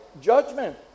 judgment